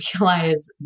realize